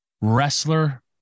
wrestler